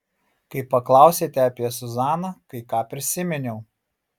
kai paklausėte apie zuzaną kai ką prisiminiau